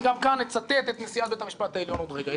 אני גם כאן אצטט את נשיאת בית המשפט העליון עוד רגע,